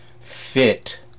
fit